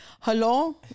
Hello